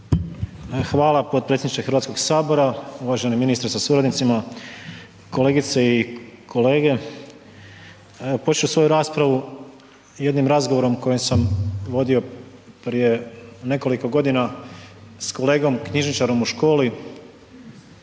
Hvala potpredsjedniče Hrvatskoga sabora, uvaženi ministre sa suradnicima, kolegice i kolege. Početi ću svoju raspravu jednim razgovorom koji sam vodio prije nekoliko godina sa kolegom knjižničarem u školi,